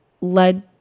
led